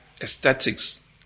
aesthetics